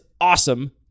awesome